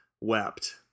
wept